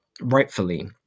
rightfully